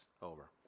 over